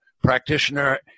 practitioner